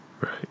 Right